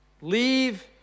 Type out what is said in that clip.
leave